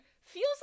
feels